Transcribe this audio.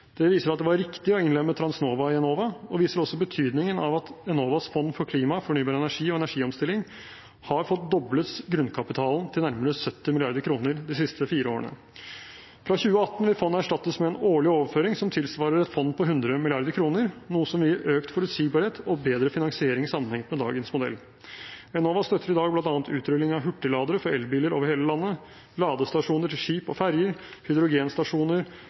Det viser at det var riktig å innlemme Transnova i Enova, og det viser også betydningen av at Enovas fond for klima, fornybar energi og energiomstilling har fått doblet grunnkapitalen til nærmere 70 mrd. kr de siste fire årene. Fra 2018 vil fondet erstattes med en årlig overføring som tilsvarer et fond på 100 mrd. kr, noe som vil gi økt forutsigbarhet og bedre finansiering sammenlignet med dagens modell. Enova støtter i dag bl.a. utrulling av hurtigladere for elbiler over hele landet, ladestasjoner til skip og ferjer, hydrogenstasjoner,